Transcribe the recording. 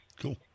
Cool